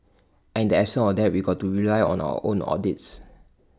and in the absence of that we've got to rely on our own audits